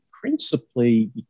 principally